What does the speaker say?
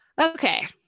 Okay